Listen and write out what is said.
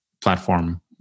platform